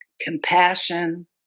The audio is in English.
Compassion